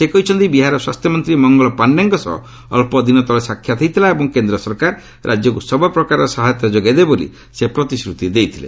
ସେ କହିଛନ୍ତି ବିହାରର ସ୍ୱାସ୍ଥ୍ୟମନ୍ତ୍ରୀ ମଙ୍ଗଳ ପାଶ୍ଡେଙ୍କ ସହ ଅଳ୍ପ ଦିନ ତଳେ ତାଙ୍କର ସାକ୍ଷାତ୍ ହୋଇଥିଲା ଏବଂ କେନ୍ଦ୍ର ସରକାର ରାଜ୍ୟକୃ ସବୃପ୍ରକାର ସହାୟତା ଯୋଗାଇ ଦେବେ ବୋଲି ସେ ପ୍ରତିଶ୍ରତି ଦେଇଥିଲେ